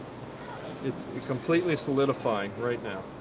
it's completely solidifying right now.